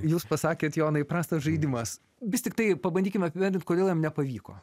jūs pasakėt jonai prastas žaidimas vis tiktai pabandykim apibendrint kodėl jiem nepavyko